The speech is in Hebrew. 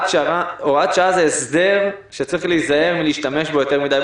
שעה זה הסדר שצריך להיזהר מלהשתמש בו יותר מדי.